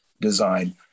design